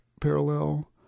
parallel